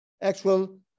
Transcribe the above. Actual